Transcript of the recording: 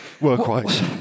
work-wise